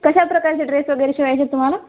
कशा प्रकारचे ड्रेस वगैरे शिवायचेत तुम्हाला